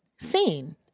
seen